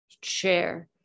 Chair